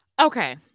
Okay